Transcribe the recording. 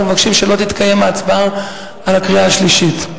אנחנו מבקשים שלא תתקיים ההצבעה על הקריאה השלישית.